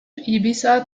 ibiza